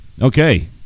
Okay